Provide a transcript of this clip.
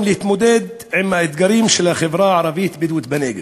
להתמודד עם האתגרים של החברה הערבית הבדואית בנגב: